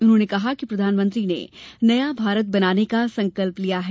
उन्होंने कहा कि प्रधानमंत्री ने नया भारत बनाने का संकल्प लिया है